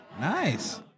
Nice